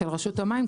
של רשות המים,